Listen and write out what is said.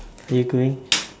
are you going